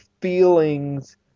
feelings